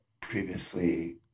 previously